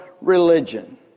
religion